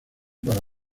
para